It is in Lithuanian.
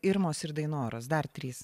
irmos ir dainoros dar trys